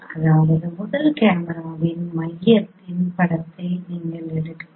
அதாவது முதல் கேமராவின் மையத்தின் படத்தை நீங்கள் எடுக்க வேண்டும்